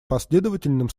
последовательным